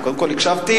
קודם כול, הקשבתי.